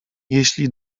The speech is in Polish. jeśli